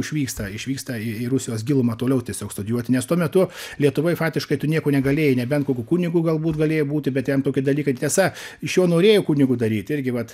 išvyksta išvyksta į į rusijos gilumą toliau tiesiog studijuoti nes tuo metu lietuvoj fatiškai tu nieko negalėjai nebent kokiu kunigu galbūt galėjai būti bet ten toki dalykai tiesa iš jo norėjo kunigu daryt irgi vat